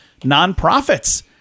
nonprofits